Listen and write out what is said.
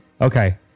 Okay